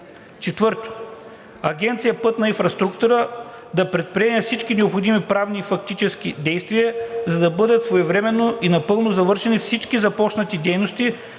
4. Агенция „Пътна инфраструктура“ да предприеме всички необходими правни и фактически действия, за да бъдат своевременно и напълно завършени всички започнати дейности,